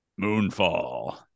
Moonfall